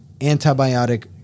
antibiotic